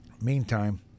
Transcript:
Meantime